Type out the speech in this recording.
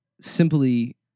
simply